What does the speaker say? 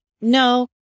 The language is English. No